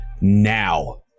now